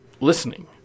listening